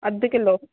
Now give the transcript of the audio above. अधु किलो